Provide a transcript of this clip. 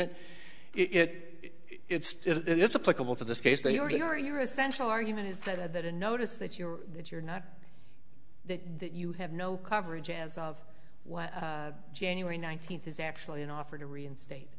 n it it it's it's a political to this case they already are your essential argument is that a notice that you're that you're not there that you have no coverage as of what january nineteenth is actually an offer to reinstate